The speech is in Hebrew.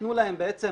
שנתנו להם בעצם